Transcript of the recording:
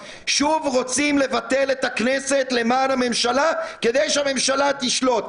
שוב רוצים לבטל את הכנסת למען הממשלה כדי שהממשלה תשלוט.